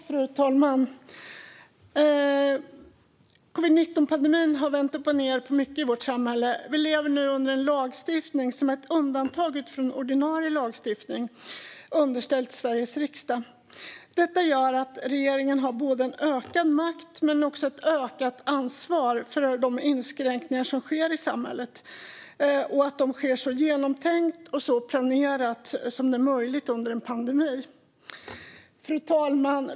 Fru talman! Covid-19-pandemin har vänt upp och ned på mycket i vårt samhälle. Vi lever nu under en lagstiftning som är ett undantag från ordinarie lagstiftning, underställt Sveriges riksdag. Detta gör att regeringen har ökad makt men också ökat ansvar för att de inskränkningar som sker i samhället sker så genomtänkt och planerat som det är möjligt under en pandemi.